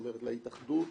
להתאחדות,